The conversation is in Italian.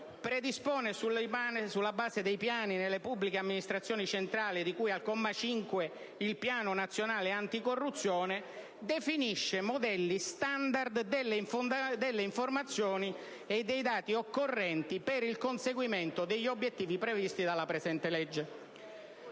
coordina, sulla base dei piani delle pubbliche amministrazioni di cui al comma 1-*octiesdecies*, il Piano nazionale anticorruzione; *d)* definisce modelli *standard* delle informazioni ed i dati occorrenti per il conseguimento degli obiettivi previsti dalla presente legge,